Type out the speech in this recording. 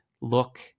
Look